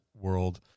world